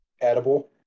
Edible